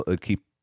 keep